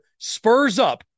SPURSUP